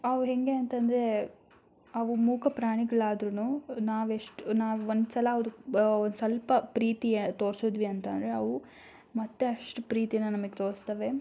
ಅವು ಹೇಗೆ ಅಂತಂದರೆ ಅವು ಮೂಕ ಪ್ರಾಣಿಗಳಾದರೂನು ನಾವೆಷ್ಟು ನಾವು ಒಂದು ಸಲ ಅದಕ್ ಒಂದು ಸ್ವಲ್ಪ ಪ್ರೀತಿ ತೋರಿಸಿದ್ವಿ ಅಂತಂದರೆ ಅವು ಮತ್ತಷ್ಟು ಪ್ರೀತಿನ ನಮಿಗೆ ತೋರಿಸ್ತವೆ